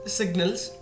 signals